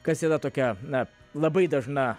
kas yra tokia na labai dažna